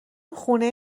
خونه